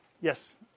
Yes